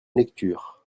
lecture